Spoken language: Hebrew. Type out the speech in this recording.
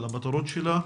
המטרות שלה.